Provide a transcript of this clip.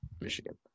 Michigan